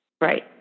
Right